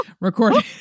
recording